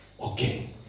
okay